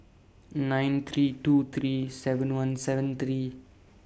nine three two three seven one seven three